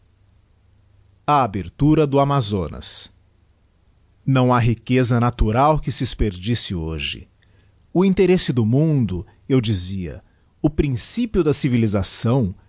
a abertura do amazonas não ha riqueza natural que se esperdice hoje o interesse do mundo eu dizia o principio da civilisaçâo